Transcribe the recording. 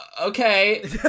okay